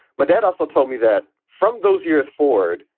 my dad also told me that from those years, ford,